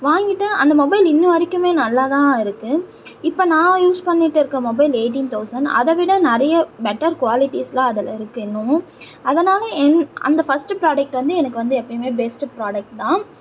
வாங்கிவிட்டு அந்த மொபைல் இன்று வரைக்குமே நல்லா தான் இருக்குது இப்போ நான் யூஸ் பண்ணிகிட்டு இருக்க மொபைல் எயிட்டீன் தௌசண்ட் அதை விட நிறைய பெட்டர் குவாலிட்டிஸெலாம் அதில் இருக்குது இன்னமும் அதனால் என் அந்த ஃபஸ்ட்டு ப்ராடெக்ட் வந்து எனக்கு எப்பயுமே பெஸ்ட்டு ப்ராடெக்ட் தான்